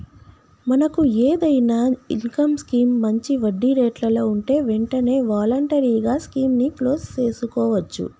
మనకు ఏదైనా income scheme మంచి వడ్డీ రేట్లలో ఉంటే వెంటనే వాలంటరీగా స్కీమ్ ని క్లోజ్ సేసుకోవచ్చు